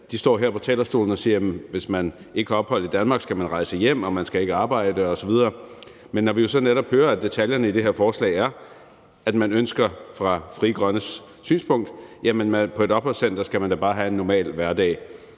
De står her på talerstolen og siger, at hvis man ikke har ophold i Danmark, skal man rejse hjem, og man skal ikke arbejde osv., men når vi jo så netop hører om detaljerne i det her forslag, altså hvad man ønsker fra Frie Grønnes side, så er det, at man på et opholdscenter da bare skal have en normal hverdag,